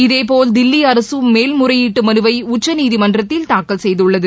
இதேபோல் தில்லி அரசும் மேல்முறையீட்டு மனுவை உச்சநீதிமன்றத்தில் தாக்கல் செய்துள்ளது